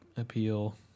appeal